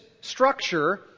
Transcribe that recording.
structure